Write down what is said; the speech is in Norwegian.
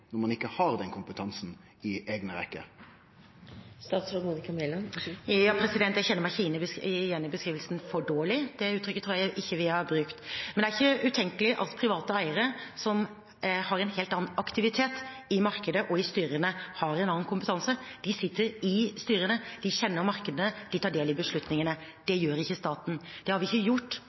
når ein ikkje har den kompetansen i eigne rekkjer? Jeg kjenner meg ikke igjen i beskrivelsen «for dårleg». Det uttrykket tror jeg ikke vi har brukt. Men det er ikke utenkelig at private eiere som har en helt annen aktivitet i markedet og i styrene, har en annen kompetanse. De sitter i styrene. De kjenner markedene. De tar del i beslutningene. Det gjør ikke staten. Det har vi faktisk ikke gjort